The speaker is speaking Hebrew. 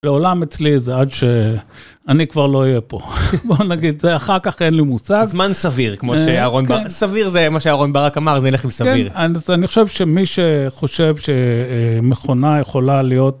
לעולם אצלי זה עד שאני כבר לא אהיה פה. בוא נגיד, אחר כך אין לי מוצא. זמן סביר, כמו שאהרון ברק, סביר זה מה שאהרון ברק אמר, אז נלך עם סביר. כן, אני חושב שמי שחושב שמכונה יכולה להיות...